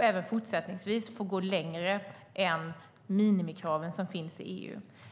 även fortsättningsvis får gå längre än de minimikrav som finns i EU.